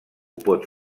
pot